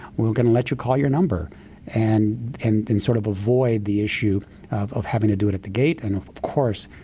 we're going to let you call your number and and then sort of avoid the issue of of having to do it at the gate, and of of course,